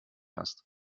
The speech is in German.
hast